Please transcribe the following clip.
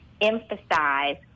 emphasize